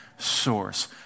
Source